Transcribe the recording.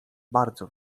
bardzo